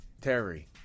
Terry